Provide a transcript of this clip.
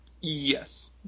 Yes